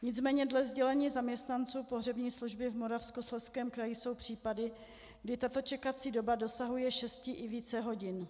Nicméně dle sdělení zaměstnanců pohřební služby v Moravskoslezském kraji jsou případy, kdy tato čekací doba dosahuje šesti i více hodin.